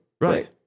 Right